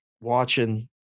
watching –